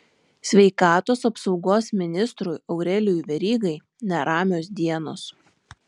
sveikatos apsaugos ministrui aurelijui verygai neramios dienos